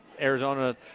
Arizona